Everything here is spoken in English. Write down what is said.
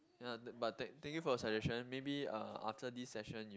ya thank but thank thank you for your suggestion maybe uh after this session you